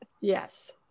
Yes